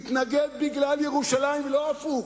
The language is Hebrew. מתנגד בגלל ירושלים ולא הפוך.